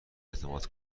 اعتماد